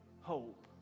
hope